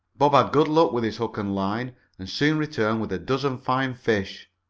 bob had good luck with his hook and line and soon returned with a dozen fine fish.